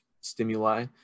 stimuli